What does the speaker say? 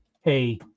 hey